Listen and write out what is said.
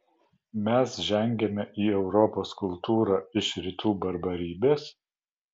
mes žengiame į europos kultūrą iš rytų barbarybės